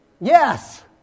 Yes